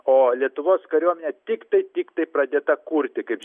o lietuvos kariuomenė tiktai tiktai pradėta kurti kaip